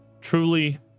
truly